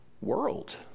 world